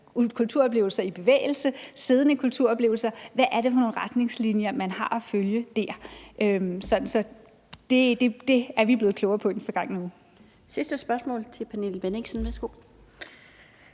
kulturoplevelser i bevægelse og siddende kulturoplevelser med hensyn til, hvad det er for nogle retningslinjer, man har at følge der. Så det er vi blevet klogere på i den forgangne uge. Kl. 17:25 Den fg.